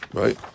right